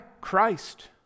christ